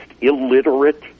illiterate